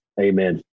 Amen